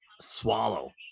swallow